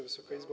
Wysoka Izbo!